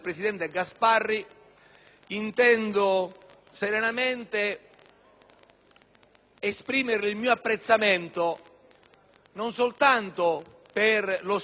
esprimerle il mio apprezzamento non soltanto per lo stile e la serietà dell'approccio da lei tenuto in questa relazione,